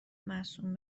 مصون